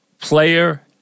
player